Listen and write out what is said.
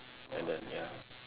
like that ya